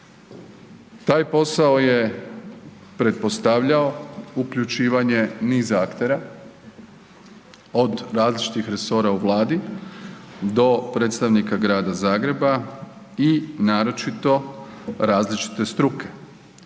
Taj posao je pretpostavljao uključivanje niz aktera od različitih resora u Vladi do predstavnika Grada Zagreba i naročito različite struke